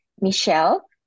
Michelle